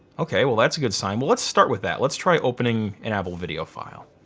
okay well that's a good sign. well let's start with that. let's try opening an apple video file.